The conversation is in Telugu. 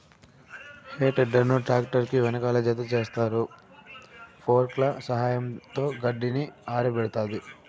హే టెడ్డర్ ను ట్రాక్టర్ కి వెనకాల జతచేస్తారు, ఫోర్క్ల సహాయంతో గడ్డిని ఆరబెడతాది